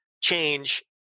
change